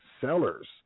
sellers